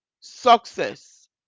success